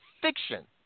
fiction